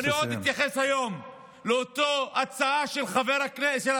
אני לא אתייחס היום לאותה הצעה של השר